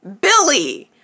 Billy